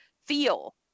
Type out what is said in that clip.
feel